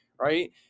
right